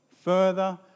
further